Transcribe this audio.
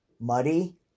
muddy